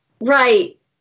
right